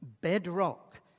bedrock